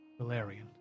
Valerian